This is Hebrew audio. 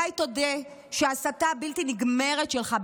מתי תודה שההסתה הבלתי-נגמרת שלך,